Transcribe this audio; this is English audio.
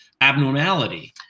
abnormality